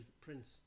prince